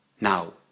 Now